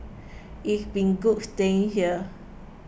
it's been good staying here